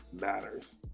matters